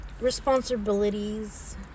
responsibilities